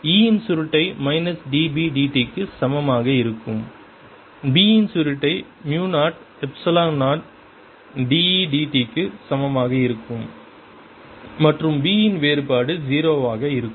E இன் சுருட்டை minus d B d t க்கு சமமாக இருக்கும் B இன் சுருட்டை mu 0 epsilon 0 d E d t க்கு சமமாக இருக்கும் மற்றும் B இன் வேறுபாடு 0 ஆக இருக்கும்